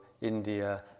India